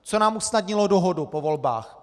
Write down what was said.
Co nám usnadnilo dohodu po volbách?